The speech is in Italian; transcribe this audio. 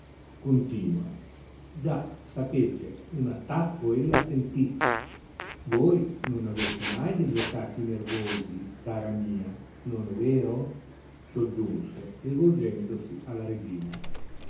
ciò continua già sapete un attacco ella sentì voi non aveste mai degli attacchi nervosi cara mia non è vero soggiunse rivolgendosi alla regina